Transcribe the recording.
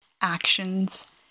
actions